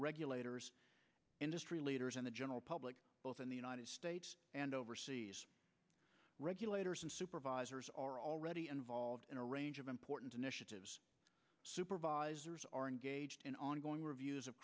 regulators industry leaders and the general public both in the united states and overseas regulators and supervisors are already involved in a range of important initiatives supervisors are engaged in ongoing reviews of